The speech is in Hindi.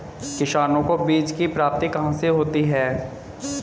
किसानों को बीज की प्राप्ति कहाँ से होती है?